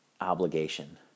obligation